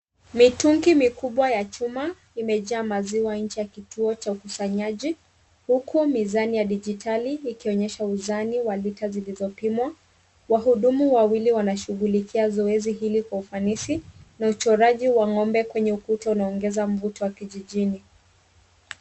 Mitungi mikubwa ya chuma imejaa maziwa nje ya kituo cha ukusanyaji, huku mizani ya dijitali ikionyesha uzani wa lita zilizopimwa, wahudumu wawili wanashughulikia zoezi hili kwa ufanisi, na uchoraji wa ng'ombe kwenye ukuta unaongeza mvuto wa kijijini.